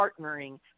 partnering